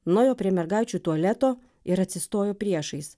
nuėjo prie mergaičių tualeto ir atsistojo priešais